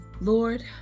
Lord